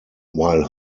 while